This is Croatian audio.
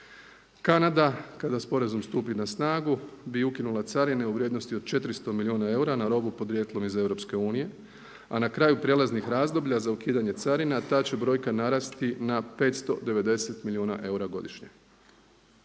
Kanada kada s porezom stupi na snagu bi ukinula carine u vrijednosti od 400 milijuna eura na robu podrijetlom iz EU, a na kraju prijelaznih razdoblja za ukidanje carina ta će brojka narasti na 590 milijuna eura godišnje.